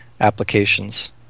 applications